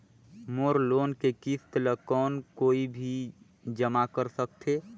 मोर loan के किस्त ल कौन कोई भी जमा कर सकथे?